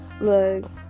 Look